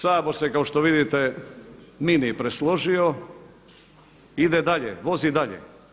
Sabor se kao što vidite mini presložio, ide dalje, vozi dalje.